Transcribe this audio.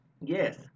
Yes